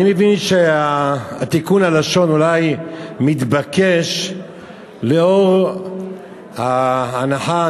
אני מבין שתיקון הלשון אולי מתבקש לאור ההנחה,